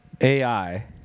AI